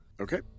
Okay